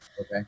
Okay